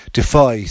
Defy